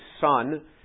son